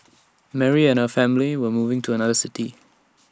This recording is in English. Mary and her family were moving to another city